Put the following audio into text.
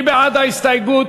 מי בעד ההסתייגות,